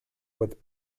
with